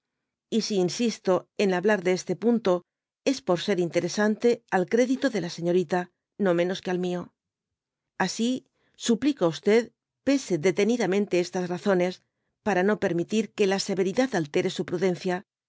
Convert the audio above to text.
y si insisto en hablar de este punto es por ser interesante al crédito de la señorita no menos que al mió así suplicó pese át tenidamddte estas razones para no permitir que la severidad altere su prudencia